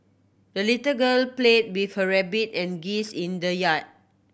the little girl played with her rabbit and geese in the yard